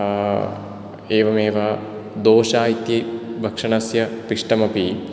एवमेव दोशा इति भक्षणस्य पिष्टमपि